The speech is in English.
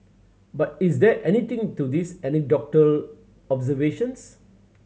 but is there anything to these anecdotal observations